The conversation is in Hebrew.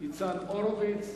ניצן הורוביץ,